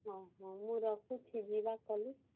ହଁ ହଁ ମୁଁ ରଖୁଛି ଯିବା କଲେଜ